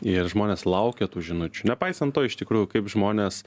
ir žmonės laukia tų žinučių nepaisant to iš tikrųjų kaip žmonės